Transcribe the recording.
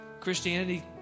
Christianity